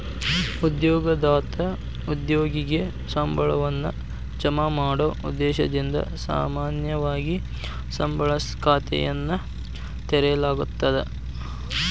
ಉದ್ಯೋಗದಾತ ಉದ್ಯೋಗಿಗೆ ಸಂಬಳವನ್ನ ಜಮಾ ಮಾಡೊ ಉದ್ದೇಶದಿಂದ ಸಾಮಾನ್ಯವಾಗಿ ಸಂಬಳ ಖಾತೆಯನ್ನ ತೆರೆಯಲಾಗ್ತದ